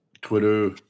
twitter